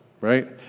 right